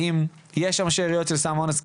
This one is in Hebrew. האם יש שם שאריות של סם אונס,